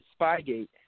Spygate